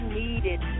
needed